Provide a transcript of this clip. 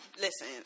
listen